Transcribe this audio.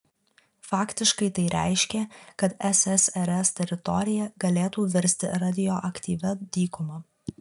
faktiškai tai reiškė kad ssrs teritorija galėtų virsti radioaktyvia dykuma